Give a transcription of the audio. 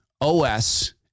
OS